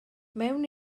mewn